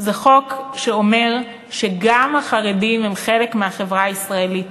זה חוק שאומר שגם החרדים הם חלק מהחברה הישראלית,